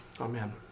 Amen